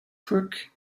crook